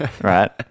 right